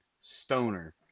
Stoner